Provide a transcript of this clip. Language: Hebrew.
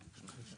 יתרה מכך,